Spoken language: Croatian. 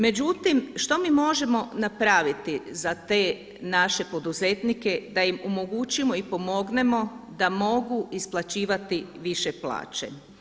Međutim, što mi možemo napraviti za te naše poduzetnike da im omogućimo i pomognemo da mogu isplaćivati više plaće.